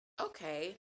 okay